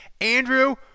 Andrew